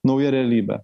nauja realybė